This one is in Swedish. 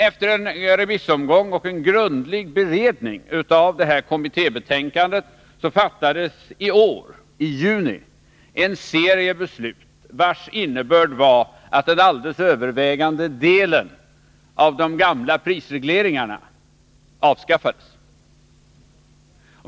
Efter en remissomgång och en grundlig beredning av detta kommittébetänkande fattades i juni i år en serie beslut, vilkas innebörd var att den alldeles övervägande delen av de gamla prisregleringarna avskaffades.